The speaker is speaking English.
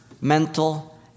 mental